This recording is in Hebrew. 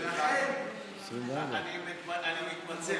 אינו נוכח,